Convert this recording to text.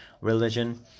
religion